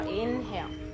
inhale